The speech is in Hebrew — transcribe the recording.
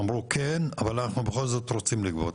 אמרו כן, אבל אנחנו בכל זאת רוצים לגבות.